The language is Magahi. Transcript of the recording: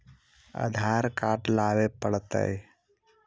आधार कार्ड लाबे पड़तै?